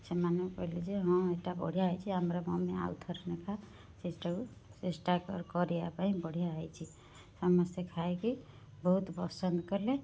ସେମାନେ କହିଲେ ଯେ ହଁ ଏଇଟା ବଢ଼ିଆ ହୋଇଛି ଆମର ମମ୍ମି ଆଉଥରେ ନେଖା ସେସବୁ ଚେଷ୍ଟା କର କରିବା ପାଇଁ ବଢ଼ିଆ ହୋଇଛି ସମସ୍ତେ ଖାଇକି ବହୁତ ପସନ୍ଦ କଲେ